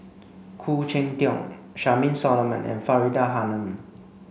Khoo Cheng Tiong Charmaine Solomon and Faridah Hanum